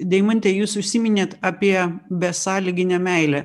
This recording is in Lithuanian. deimante jūs užsiminėt apie besąlyginę meilę